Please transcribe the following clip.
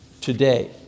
today